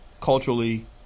culturally